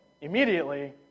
immediately